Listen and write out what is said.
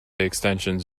extensions